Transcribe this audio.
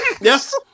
Yes